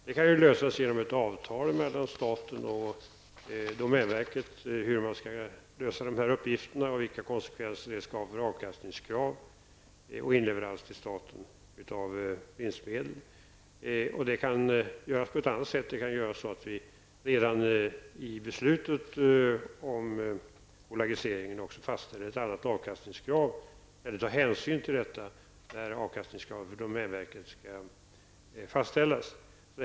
Det kan lösas genom ett avtal mellan staten och domänverket vari bestäms hur man skall lösa dessa uppgifter, vilka konsekvenser det får för avkastningskrav och inleverans till staten av vinstmedel. Det kan även göras på ett annat sätt. Man kan redan i beslutet om bolagisering fastställa ett annat avkastningskrav för domänverket där man tar hänsyn till dessa faktorer.